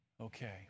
Okay